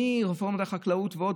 מרפורמת החקלאות ועוד,